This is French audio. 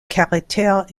caractères